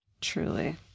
Truly